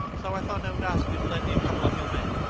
so i thought i would ask you to lend me a couple of your men.